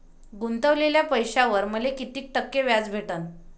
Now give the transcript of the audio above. गुतवलेल्या पैशावर मले कितीक टक्के व्याज भेटन?